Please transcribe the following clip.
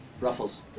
Ruffles